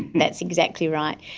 that's exactly right.